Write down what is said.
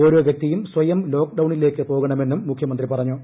ഓരോ വ്യക്തിയും സ്വയം ലോക്ക്ഡൌണിലേക്ക് പോകണമെന്നും മുഖ്യമന്ത്രി പറഞ്ഞു